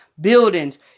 buildings